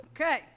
okay